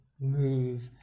move